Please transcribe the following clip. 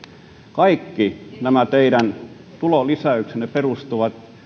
kaikki nämä teidän tulolisäyksenne perustuvat